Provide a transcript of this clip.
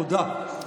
תודה.